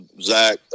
Zach